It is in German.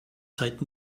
zeit